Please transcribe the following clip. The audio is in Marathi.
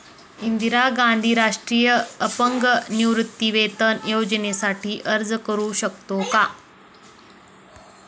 इंदिरा गांधी राष्ट्रीय अपंग निवृत्तीवेतन योजनेसाठी अर्ज करू शकतो का?